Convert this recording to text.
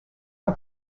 are